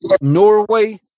Norway